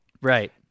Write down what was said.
Right